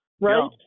right